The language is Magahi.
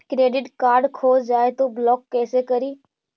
क्रेडिट कार्ड खो जाए तो ब्लॉक कैसे करी?